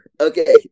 Okay